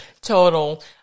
Total